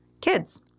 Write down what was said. kids